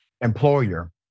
employer